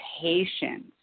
patience